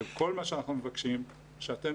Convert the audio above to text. וכל מה שאנחנו מבקשים זה שאתם,